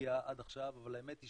נורבגיה עד עכשיו אבל האמת היא